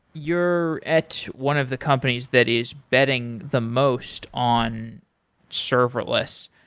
you're at one of the companies that is betting the most on serverless.